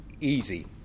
easy